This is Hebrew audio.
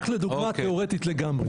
רק לדוגמה, תיאורטית לגמרי.